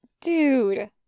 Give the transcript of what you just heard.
Dude